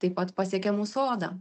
taip pat pasiekia mūsų odą